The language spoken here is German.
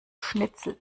schnitzel